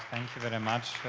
you very much,